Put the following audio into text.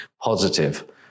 positive